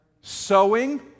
Sowing